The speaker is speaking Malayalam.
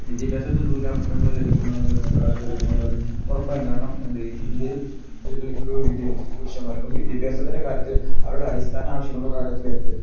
വിദ്യാഭ്യാസത്തി ഇതുപോലെ അവസരങ്ങൾ ലഭിക്കുന്നുണ്ട് നിങ്ങളൊക്കെ കരുതുന്നുണ്ടോെ ഉറപ്പായും കാരണം എന്ത് ഇന്ത്യയിൽ സ്ത്രീകൾക്ക് വിദ്യ പുരുഷന്മാർക്കും വിദ്യാഭാസത്തിൻ്റെ കാര്യത്തിൽ അവരുടെ അടിസ്ഥാന ആവശ്യങ്ങളുടെ കാര്യത്തിൽ